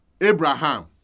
Abraham